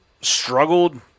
struggled